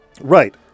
Right